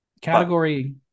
category